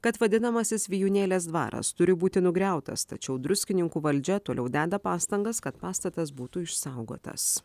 kad vadinamasis vijūnėlės dvaras turi būti nugriautas tačiau druskininkų valdžia toliau deda pastangas kad pastatas būtų išsaugotas